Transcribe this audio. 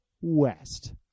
West